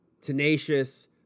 tenacious